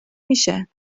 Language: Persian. میشه